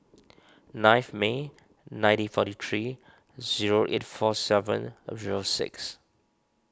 ninth May nineteen forty three zero eight four seven zero six